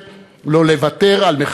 לא לוותר על שפה משותפת,